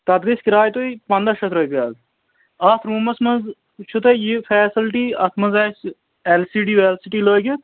تَتھ گژھِ کِراے تۄہہِ پنٛداہ شَتھ رۄپیہِ حظ اَتھ روٗمَس منٛز چھُو تۄہہِ یہِ فیسَلٹی اَتھ منٛز آسہِ L C D V C D لٲگِتھ